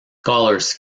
scholars